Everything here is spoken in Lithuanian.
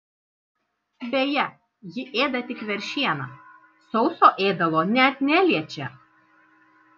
beje ji ėda tik veršieną sauso ėdalo net neliečia